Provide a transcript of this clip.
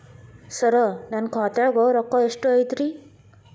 ಸರ ನನ್ನ ಖಾತ್ಯಾಗ ರೊಕ್ಕ ಎಷ್ಟು ಐತಿರಿ?